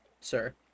sir